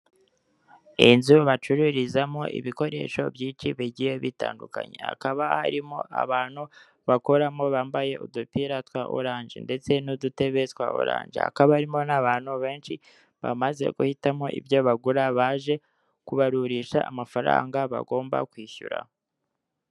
Inzu bacururizamo ibikoresho byinshi bigiye bitandukanye, hakaba harimo abantu bakoramo bambaye udupira twa oranje. Ndetse n'udutebe twa oranje hakaba harimo n'abantu banshi, bamaze guhitamo ibyo bakora baje kubarurisha amafaranga bagomba kwishyura.